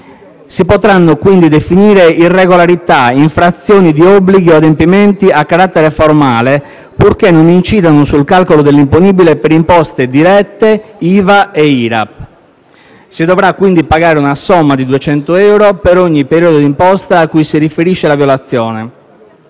Si potranno, quindi, definire irregolarità in frazioni di obblighi o adempimenti a carattere formale purché non incidano sul calcolo dell'imponibile per imposte dirette, IVA e IRAP. Si dovrà, quindi, pagare una somma di 200 euro per ogni periodo d'imposta cui si riferisce la violazione.